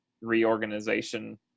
reorganization